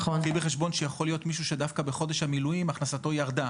קחי בחשבון שיכול להיות מישהו שדווקא בחודש המילואים הכנסתו ירדה.